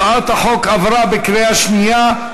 הצעת החוק עברה בקריאה שנייה.